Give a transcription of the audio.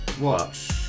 watch